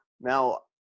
Now